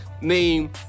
name